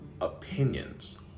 opinions